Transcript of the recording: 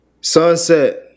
Sunset